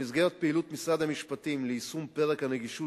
במסגרת פעילות משרד המשפטים ליישום פרק הנגישות